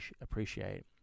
appreciate